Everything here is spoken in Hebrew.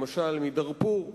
למשל מדארפור.